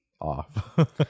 off